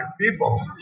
people